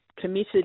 committed